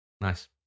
nice